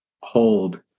hold